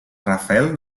rafel